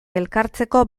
elkartzeko